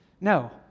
No